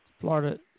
Florida